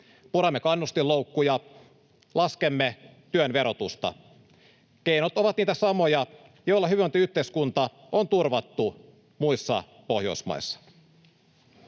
Puramme kannustinloukkuja. Laskemme työn verotusta. Keinot ovat niitä samoja, joilla hyvinvointiyhteiskunta on turvattu muissa Pohjoismaissa.